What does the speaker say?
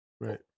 Right